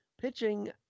pitching –